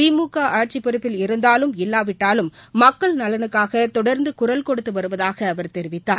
திமுக ஆட்சி பொறுப்பில் இருந்தாலும் இல்லாவிட்டாலும் மக்கள் நலனுக்காக தொடர்ந்து குரல் கொடுத்து வருவதாக அவர் தெரிவித்தார்